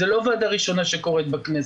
זו לא ועדה ראשונה שמקיימת דיון בכנסת.